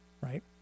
right